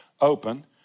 open